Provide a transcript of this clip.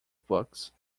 books